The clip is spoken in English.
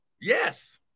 Yes